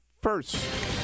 first